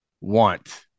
want